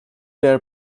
their